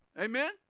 Amen